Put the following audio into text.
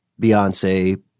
Beyonce